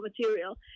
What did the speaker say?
material